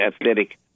athletic